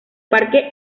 parque